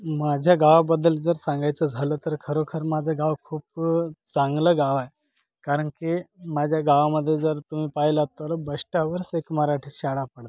माझ्या गावाबद्दल जर सांगायचं झालं तर खरोखर माझं गाव खूप चांगलं गाव आहे कारण की माझ्या गावामध्ये जर तुम्ही पाहिलात तर बश्टावर्स एक मराठी शाळा पडंल